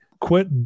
quit